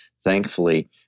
Thankfully